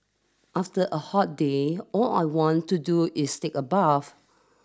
after a hot day all I want to do is take a bath